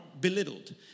belittled